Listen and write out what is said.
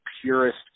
purest